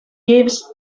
gives